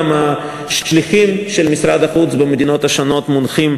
גם השליחים של משרד החוץ במדינות השונות מונחים